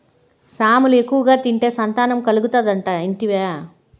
సామలు ఎక్కువగా తింటే సంతానం కలుగుతాదట ఇంటివా